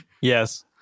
Yes